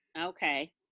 Okay